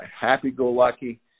happy-go-lucky